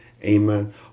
Amen